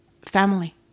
family